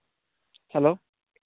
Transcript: hello